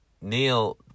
Neil